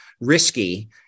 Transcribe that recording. risky